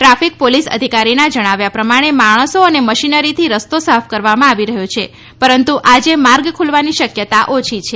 traffic police અધિકારીના જણાવ્યા પ્રમાણે માણસો અને મશીનરીથી રસ્તો સાફ કરવામાં આવી રહ્યો છે પરંતુ આજે માર્ગ ખુલવાની શક્યતા ઓછી છે